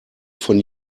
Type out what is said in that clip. von